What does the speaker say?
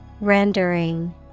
Rendering